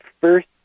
first